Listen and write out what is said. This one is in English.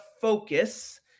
focus